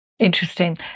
Interesting